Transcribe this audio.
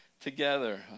together